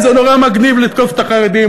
זה נורא מגניב לתקוף את החרדים,